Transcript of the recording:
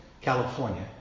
California